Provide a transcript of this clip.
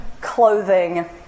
clothing